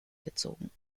gezogen